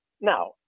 Now